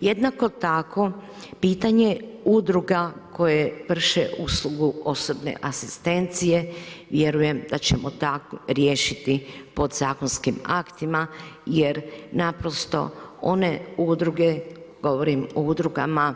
Jednako tako, pitanje udruga koje vrše uslugu osobne asistencije, vjerujem da ćemo tako riješiti podzakonskim aktima, jer naprosto, one udruge, govorim o udrugama